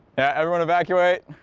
yeah, everyone evacuate